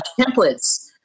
templates